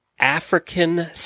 African